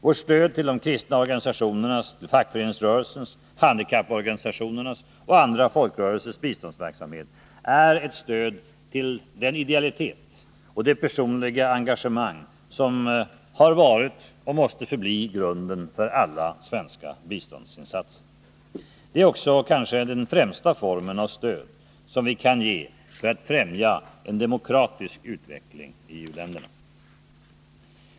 Vårt stöd till de kristna organisationernas, till fackföreningsrörelsens, handikapporganisationernas och andra folkrörelsers biståndsverksamhet är ett stöd till den idealitet och det personliga engagemang som har varit och måste förbli grunden för alla svenska biståndsinsatser. Det är också den kanske främsta formen av stöd, som vi kan ge för att främja en demokratisk utveckling i u-länderna.